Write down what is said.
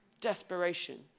Desperation